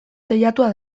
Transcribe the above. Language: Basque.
teilatua